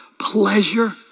pleasure